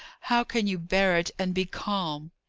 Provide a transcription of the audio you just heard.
how can you bear it and be calm!